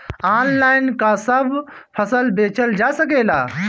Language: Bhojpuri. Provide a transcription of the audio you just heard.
आनलाइन का सब फसल बेचल जा सकेला?